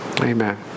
amen